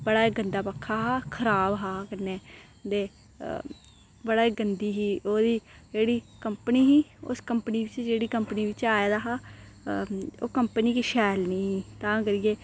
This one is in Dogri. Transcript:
बड़ा गंदा पक्खा हा खराब हा कन्नै दे बड़ी गंदी ही जेह्ड़ी कम्पनी ही उस कम्पनी बिच जेह्डी कम्पनी बिचा आए दा हा ओह् कम्पनी गै शैल नेई ही तां करी